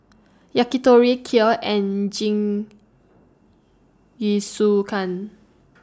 Yakitori Kheer and Jingisukan